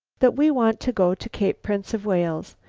that we want to go to cape prince of wales.